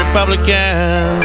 Republican